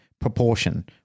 proportion